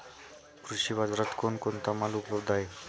कृषी बाजारात कोण कोणता माल उपलब्ध आहे?